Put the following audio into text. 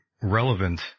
relevant